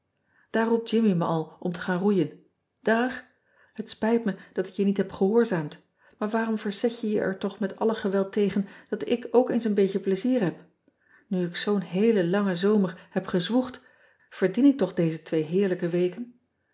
immie me al om te gaan roeien ag et spijt me dat ik je niet heb gehoorzaamd maar waarom verzet je je er toch met alle geweld tegen dat ik ook eens een beetje pleizier heb u ik zoo n heelen langen zomer heb gezwoegd verdien ik toch daze twee heerlijke weken